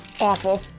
Awful